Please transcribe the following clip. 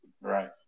Right